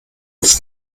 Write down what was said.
uns